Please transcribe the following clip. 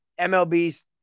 MLB's